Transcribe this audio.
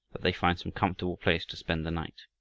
that they find some comfortable place to spend the night.